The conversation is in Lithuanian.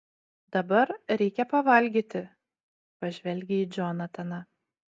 dabar reikia pavalgyti pažvelgia į džonataną